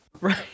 Right